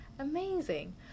amazing